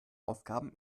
aufgaben